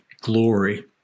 glory